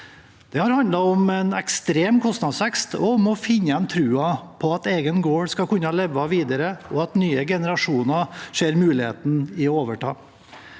Det har handlet om en ekstrem kostnadsvekst og om å finne igjen troen på at egen gård skal kunne leve videre, og at nye generasjoner ser muligheten i å overta.